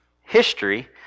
history